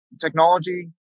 technology